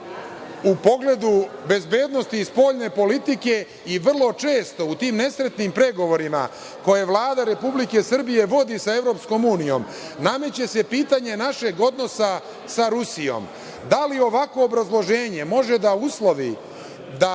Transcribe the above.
u pogledu bezbednosti spoljne politike i vrlo često u tim nesretnim pregovorima koje Vlada Republike Srbije vodi sa EU nameće se pitanje našeg odnosa sa Rusijom. Da li ovakvo obrazloženje može da uslovi da